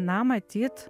na matyt